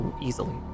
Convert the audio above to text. easily